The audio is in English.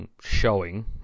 showing